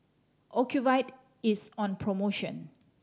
ocuvite is on promotion